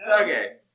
Okay